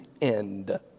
end